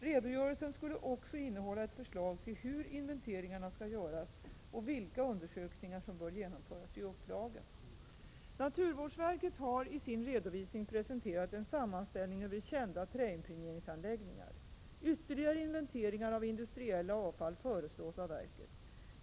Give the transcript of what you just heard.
Redogörelsen skulle också innehålla ett förslag till hur inventeringarna skall göras och vilka undersökningar som bör genomföras vid upplagen. Naturvårdsverket har i sin redovisning presenterat en sammanställning över kända träimpregneringsanläggningar. Ytterligare inventeringar av industriella avfall föreslås av verket.